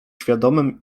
świadomym